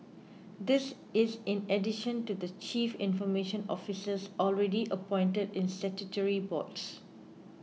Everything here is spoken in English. this is in addition to the chief information officers already appointed in statutory boards